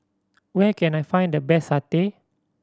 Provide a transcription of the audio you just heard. where can I find the best satay